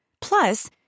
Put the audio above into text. Plus